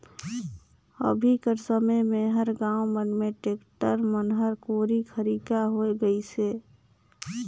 अभी कर समे मे हर गाँव मन मे टेक्टर मन हर कोरी खरिखा होए गइस अहे